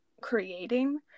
creating